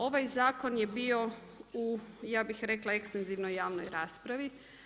Ovaj zakon je bio u ja bi rekla ekstenzivnoj raspravi.